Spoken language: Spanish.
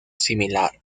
similar